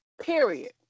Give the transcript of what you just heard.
Period